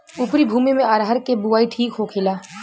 उपरी भूमी में अरहर के बुआई ठीक होखेला?